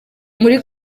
muri